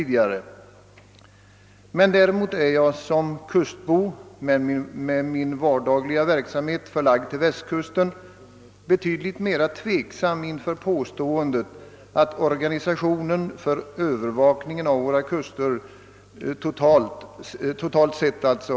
Däremot är jag som kustbo och med min dagliga verksamhet förlagd till västkusten betydligt mer tveksam inför påståendet att »organisationen för övervakningen av våra kuster totalt sett har förbättrats».